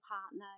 partner